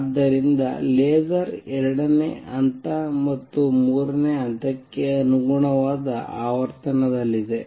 ಆದ್ದರಿಂದ ಲೇಸರ್ 2ನೇ ಹಂತ ಮತ್ತು 3ನೇ ಹಂತಕ್ಕೆ ಅನುಗುಣವಾದ ಆವರ್ತನದಲ್ಲಿದೆ